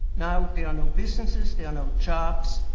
now there are no businesses, there are no jobs.